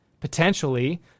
potentially